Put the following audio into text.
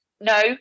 No